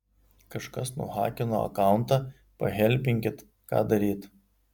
kažkas nuhakino akauntą pahelpinkit ką daryt